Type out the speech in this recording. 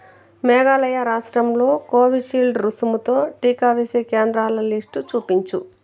మేఘాలయ రాష్ట్రంలో కోవిషీల్డ్ రుసుముతో టీకా వేసే కేంద్రాల లిస్టు చూపించు